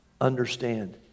understand